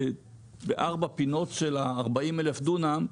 שבארבע פינות של ה-40,000 דונם,